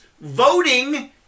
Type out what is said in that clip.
voting